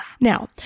Now